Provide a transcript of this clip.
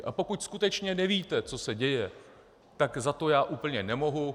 A pokud skutečně nevíte, co se děje, za to já úplně nemohu.